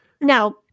Now